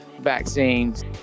vaccines